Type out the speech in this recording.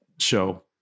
show